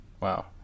Wow